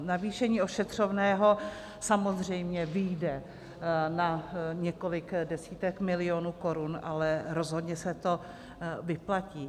Navýšení ošetřovného samozřejmě vyjde na několik desítek milionů korun, ale rozhodně se to vyplatí.